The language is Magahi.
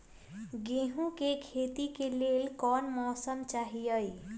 गेंहू के खेती के लेल कोन मौसम चाही अई?